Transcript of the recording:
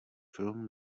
film